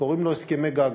קוראים לו הסכמי גג,